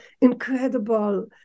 incredible